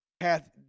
hath